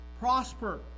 prosper